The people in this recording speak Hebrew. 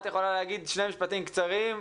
את יכולה להגיד שני משפטים קצרים.